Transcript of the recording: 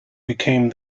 became